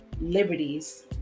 liberties